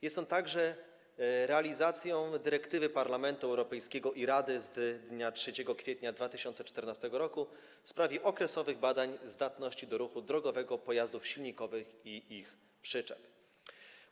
Jest on także realizacją dyrektywy Parlamentu Europejskiego i Rady z dnia 3 kwietnia 2014 r. w sprawie okresowych badań zdatności do ruchu drogowego pojazdów silnikowych i ich przyczep.